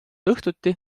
õhtuti